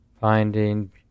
finding